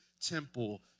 temple